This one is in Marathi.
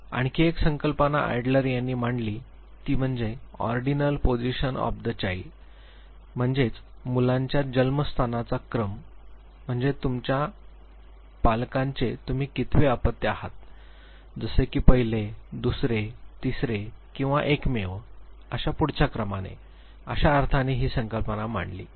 आणखी एक संकल्पना एडलर यांनी मांडली ती म्हणजे ordinal position of the child म्हणजेच मुलांच्या जन्मस्थानाचा क्रम म्हणजे तुमच्या पालकांचे तुम्ही कितवे अपत्य आहात जसे की पहिले दुसरे तिसरे किंवा एकमेव अशा पुढचा क्रमाने अशा अर्थाने ही संकल्पना मांडली होती